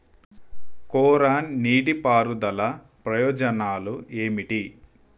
కోరా నీటి పారుదల ప్రయోజనాలు ఏమిటి?